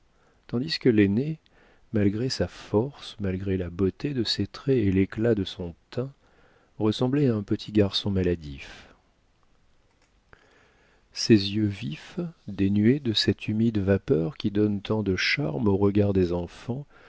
tandis que l'aînée malgré sa force malgré la beauté de ses traits et l'éclat de son teint ressemblait à un petit garçon maladif ses yeux vifs dénués de cette humide vapeur qui donne tant de charme aux regards des enfants